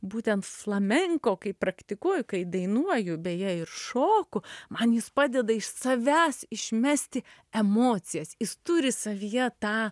būtent flamenko kaip praktikuoju kai dainuoju beje ir šoku man jis padeda iš savęs išmesti emocijas jis turi savyje tą